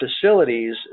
facilities